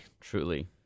truly